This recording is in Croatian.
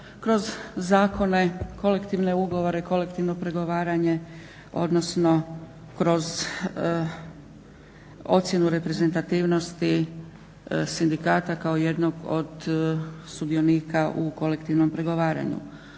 kroz zakone, kolektivne ugovore, kolektivno pregovaranje odnosno kroz ocjenu reprezentativnosti sindikata kao jednog od sudionika u kolektivnom pregovaranju.